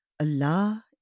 Allah